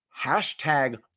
Hashtag